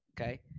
okay